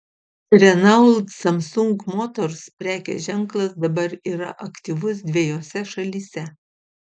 renault samsung motors prekės ženklas dabar yra aktyvus dvejose šalyse